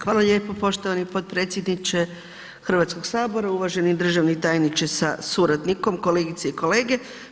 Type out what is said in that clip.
Hvala lijepa poštovani potpredsjedniče Hrvatskog sabora, uvaženi državni tajniče sa suradnikom, kolegice i kolege.